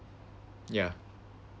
yeah